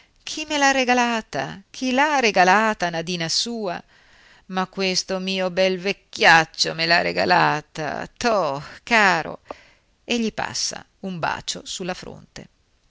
chi me l'ha regalata chi l'ha regalata a nadina sua ma questo mio bel vecchiaccio me l'ha regalata toh caro e gli posa un bacio su la fronte